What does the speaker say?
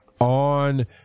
on